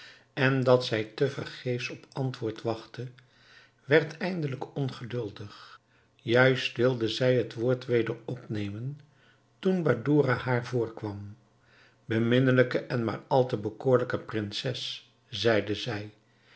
en dat zij te vergeefs op antwoord wachtte werd eindelijk ongeduldig juist wilde zij het woord weder opnemen toen badoura haar voorkwam beminnelijke en maar al te bekoorlijke prinses zeide zij